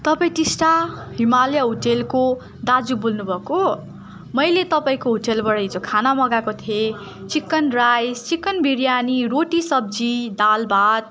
तपाईँ टिस्टा हिमालय होटेलको दाजु बोल्नु भएको हो मैले तपाईँको होटेलबाट हिजो खाना मगाएको थिएँ चिकन राइस चिकन बिरयानी रोटी सब्जी दाल भात